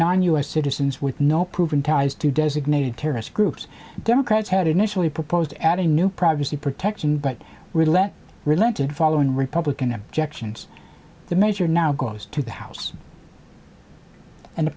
s citizens with no proven ties to designated terrorist groups democrats had initially proposed to add a new privacy protection but relent relented following republican objections the measure now goes to the house and the